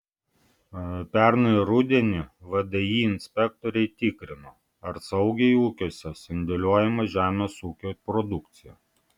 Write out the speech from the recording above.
pernai rudenį vdi inspektoriai tikrino ar saugiai ūkiuose sandėliuojama žemės ūkio produkcija